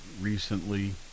recently